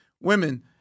women